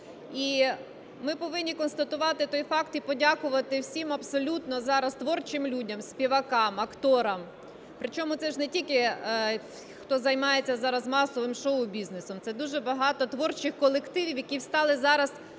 І ми повинні констатувати той факт, і подякувати всім абсолютно зараз творчим людям, співакам, акторам. Причому це ж не тільки, хто займається зараз масовим шоу-бізнесом, це дуже багато творчих колективів, які встали зараз